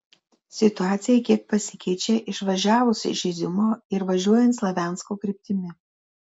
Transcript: situacija kiek pasikeičia išvažiavus iš iziumo ir važiuojant slaviansko kryptimi